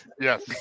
Yes